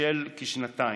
של כשנתיים.